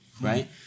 right